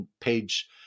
page